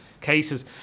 cases